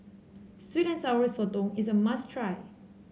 sweet and Sour Sotong is a must try